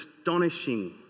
astonishing